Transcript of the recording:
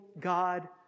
God